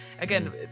again